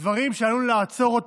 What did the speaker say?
דברים שראוי לעצור,